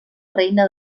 reina